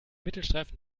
mittelstreifen